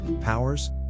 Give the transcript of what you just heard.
powers